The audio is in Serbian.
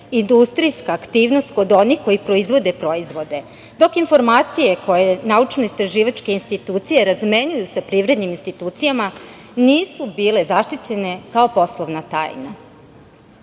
industrijska aktivnost kod onih koji proizvode proizvode, dok informacije koje naučno-istraživačke institucije razmenjuju sa privrednim institucijama nisu bile zaštićene kao poslovna tajna.U